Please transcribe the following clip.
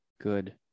good